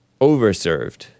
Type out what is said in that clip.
Overserved